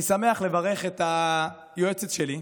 אני שמח לברך את היועצת שלי,